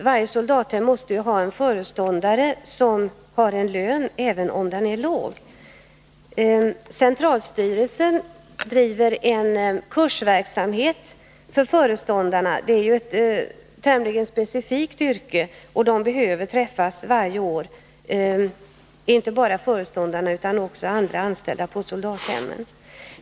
Varje soldathem måste ju ha en föreståndare, som har en lön, även om den är låg. Centralstyrelsen driver en kursverksamhet för föreståndarna och andra anställda på soldathemmen — detta är ju tämligen specifika yrken, och man behöver träffas varje år.